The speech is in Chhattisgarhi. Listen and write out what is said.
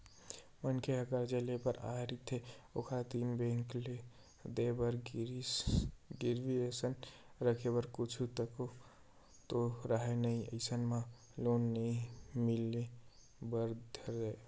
मनखे ह करजा लेय बर आय रहिथे ओखर तीर बेंक ल देय बर गिरवी असन रखे बर कुछु तको तो राहय नइ अइसन म लोन नइ मिले बर धरय